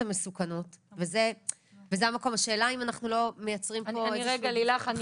המסוכנות ופה השאלה אם אנחנו לא מייצרים פה איזשהו -- רגע לילך,